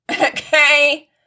okay